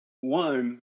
one